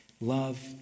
love